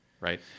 right